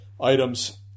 items